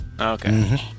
Okay